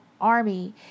army